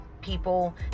people